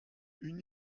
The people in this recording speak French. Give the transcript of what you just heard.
une